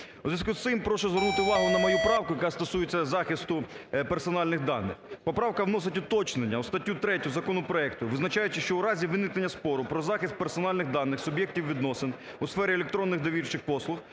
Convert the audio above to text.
У зв'язку з цим прошу звернути увагу на мою правку, яка стосується захисту персональних даних. Поправка вносить уточнення у статтю 3 законопроекту, визначаючи, що у разі виникнення спору про захист персональних даних суб'єктів відносин у сфері електронних довірчих послуг